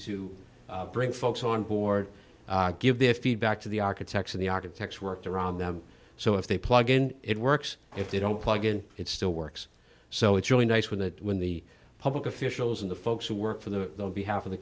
to bring folks on board give their feedback to the architects of the architects worked around them so if they plug in it works if they don't plug in it still works so it's really nice when the when the public officials and the folks who work for the behalf of the